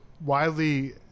widely